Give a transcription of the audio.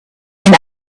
and